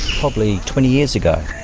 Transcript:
probably twenty years ago.